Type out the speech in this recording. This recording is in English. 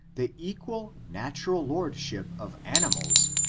the equal natural lordship of animals,